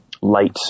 light